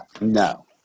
No